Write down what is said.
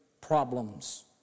problems